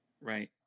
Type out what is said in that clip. right